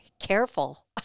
careful